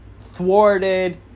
thwarted